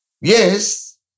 Yes